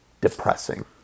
depressing